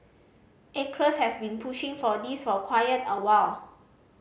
Acres has been pushing for this for quite a while